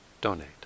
donate